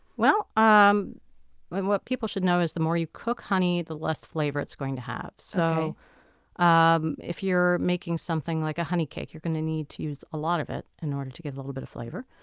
um but and what people should know is the more you cook honey the less flavor it's going to have. so um if if you're making something like a honey cake you're going to need to use a lot of it in order to get a little bit of flavor.